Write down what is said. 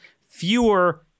fewer